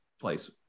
place